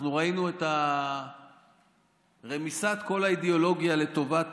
אנחנו ראינו את רמיסת כל האידיאולוגיה לטובת